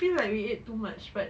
I think like we ate too much but